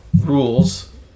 rules